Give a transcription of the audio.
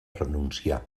renuncià